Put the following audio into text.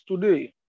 today